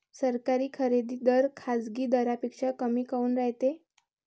सरकारी खरेदी दर खाजगी दरापेक्षा कमी काऊन रायते?